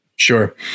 Sure